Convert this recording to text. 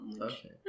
Okay